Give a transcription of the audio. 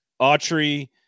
Autry